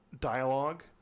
dialogue